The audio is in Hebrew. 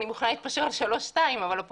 אני מוכנה להתפשר על שלוש שתיים,